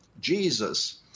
Jesus